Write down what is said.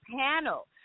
panel